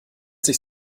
sich